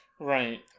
right